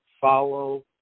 follow